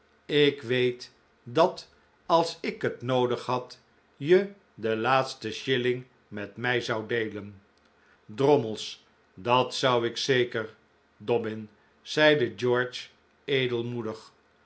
ik weet dat als ik het noodig had je den laatsten shilling met mij zou deelen drommels dat zou ik zeker dobbin zeide george edelmoedig